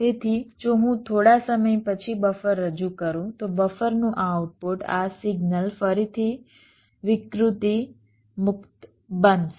તેથી જો હું થોડા સમય પછી બફર રજૂ કરું તો બફરનું આઉટપુટ આ સિગ્નલ ફરીથી વિકૃતિ મુક્ત બનશે